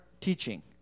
teaching